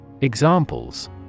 Examples